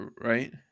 right